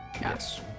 Yes